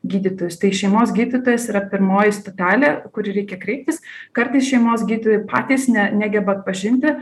gydytojus tai šeimos gydytojas yra pirmoji stotelė kur reikia kreiptis kartais šeimos gydytojai patys ne negeba atpažinti